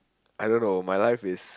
I don't know my life is